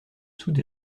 soude